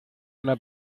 una